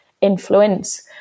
influence